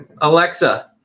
Alexa